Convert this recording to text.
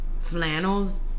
flannels